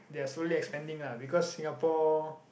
they're slowly expanding lah because Singapore